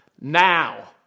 now